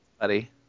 Buddy